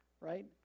right